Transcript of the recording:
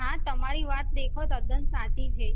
હા તમારી વાત દેખો તદ્દન સાચી છે